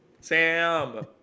sam